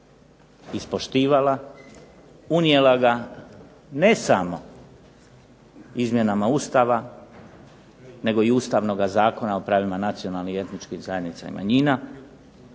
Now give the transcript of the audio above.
ispoštivala, unijela ga ne samo izmjenama Ustava nego i Ustavnoga zakona o pravima nacionalnih i etničkih zajednica i manjina,